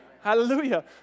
Hallelujah